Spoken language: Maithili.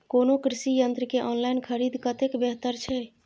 कोनो कृषि यंत्र के ऑनलाइन खरीद कतेक बेहतर छै?